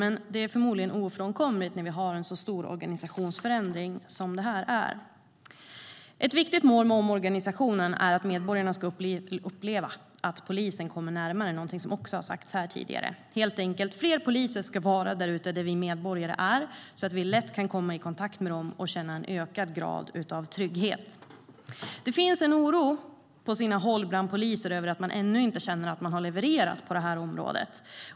Men det är förmodligen ofrånkomligt när vi har en så stor organisationsförändring. Ett viktigt mål med omorganisationen är att medborgarna ska uppleva att polisen kommer närmare, någonting som också har sagts här tidigare. Helt enkelt ska fler poliser vara där vi medborgare är, så att vi lätt kan komma i kontakt med dem och känna en ökad grad av trygghet. Det finns på sina håll bland poliser en oro över att man ännu inte känner att man har levererat på det här området.